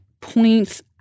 points